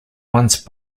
once